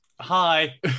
hi